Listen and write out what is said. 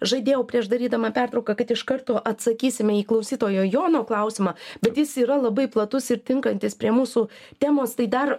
žadėjau prieš darydama pertrauką kad iš karto atsakysime į klausytojo jono klausimą bet jis yra labai platus ir tinkantis prie mūsų temos tai dar